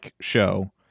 show